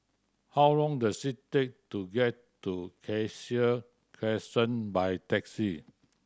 how long does it take to get to Cassia Crescent by taxi